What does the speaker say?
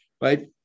right